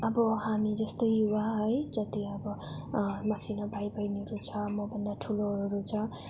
अब हामी जस्तो युवा है जति अब मसिनो भाइबहिनीहरू छ म भन्दा ठुलोहरू छ